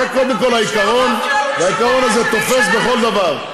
זה קודם כול העיקרון, והעיקרון הזה תופס בכל דבר.